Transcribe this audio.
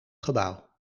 gebouw